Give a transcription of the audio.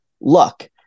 luck